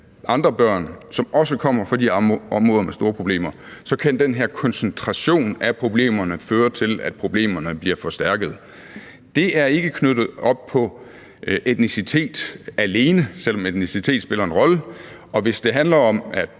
andre børn, som også kommer fra de områder med store problemer, så kan den her koncentration af problemerne føre til, at problemerne bliver forstærket. Det er ikke knyttet op på etnicitet alene, selv om etnicitet spiller en rolle, og hvis det handler om, at